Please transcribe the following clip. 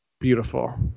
Beautiful